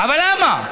אבל למה?